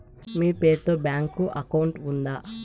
మీ పేరు తో bank account ఉందా?